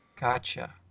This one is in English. Gotcha